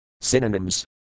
Synonyms